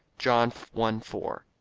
john one four